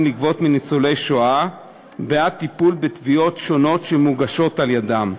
לגבות מניצולי השואה בעד טיפול בתביעות שמוגשות על-ידיהם,